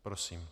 Prosím.